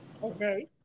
Okay